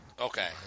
Okay